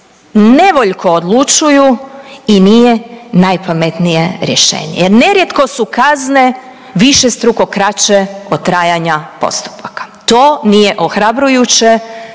nevoljko odlučuju i nije najpametnije rješenje. Jer nerijetko su kazne višestruko kraće od trajanja postupaka. To nije ohrabrujuće